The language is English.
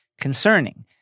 concerning